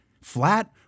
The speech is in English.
Flat